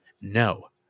No